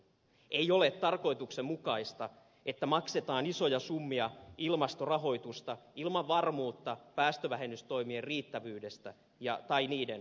ei ole tarkoituksenmukaista että maksetaan isoja summia ilmastorahoitusta ilman varmuutta päästövähennystoimien riittävyydestä tai niiden toteutumisesta